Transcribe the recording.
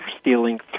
stealing